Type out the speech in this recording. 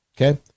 okay